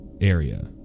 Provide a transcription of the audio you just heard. area